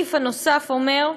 הסעיף השני אומר: